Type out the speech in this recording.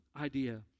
idea